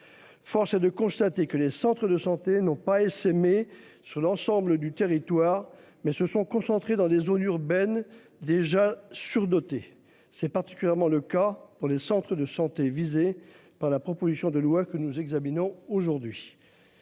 Force est de constater que les centres de santé non pas essaimé sur l'ensemble du territoire mais se sont concentrés dans des zones urbaines déjà surdotées. C'est particulièrement le cas pour les centres de santé visés par la proposition de loi que nous examinons aujourd'hui.